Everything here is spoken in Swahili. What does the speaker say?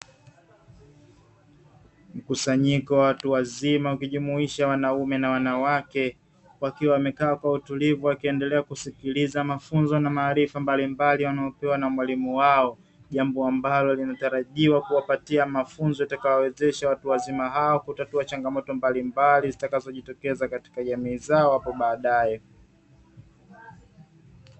Mkusanyiko watu wazima ukijumuisha wanaume na wanawake, wakiwa wamekaa kwa utulivu wakiendelea kusikiliza mafunzo na maarifa mbalimbali wanaopewa na mwalimu wao; jambo ambalo linatarajiwa kuwapatia mafunzo itakayowezesha watu wazima hao, kutatua changamoto mbalimbali zitakazojitokeza katika jamii zao hapo baadaye.